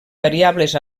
variables